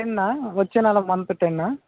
టెన్నా వచ్చే నెల మంత్ టెన్నా